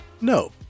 no